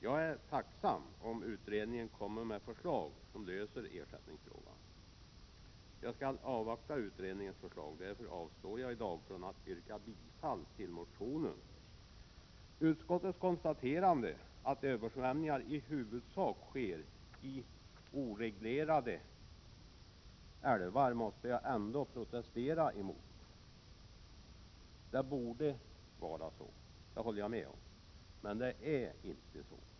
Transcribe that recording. Jag är tacksam om utredningen kommer med förslag som löser ersättningsfrågan. Jag skall avvakta utredningens förslag, och därför avstår jag i dag från att yrka bifall till motionen. Utskottets konstaterande att översvämningar i huvudsak sker i oreglerade älvar måste jag ändå protestera mot. Det borde vara på detta sätt — det håller jag med om — men det är inte så.